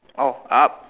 oh up